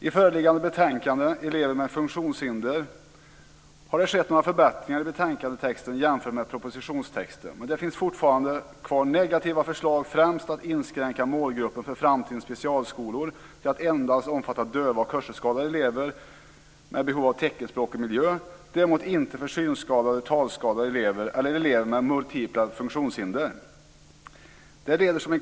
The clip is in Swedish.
I föreliggande betänkande Elever med funktionshinder har det skett några förbättringar jämfört med propositionstexten men fortfarande finns negativa förslag kvar, främst om att inskränka målgruppen för framtidens specialskolor till att endast omfatta döva och hörselskadade elever med behov av teckenspråkig miljö - däremot inte för synskadade, talskadade elever eller elever med multipla funktionshinder.